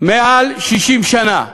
יותר מ-60 שנה.